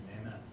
Amen